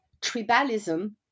tribalism